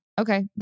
Okay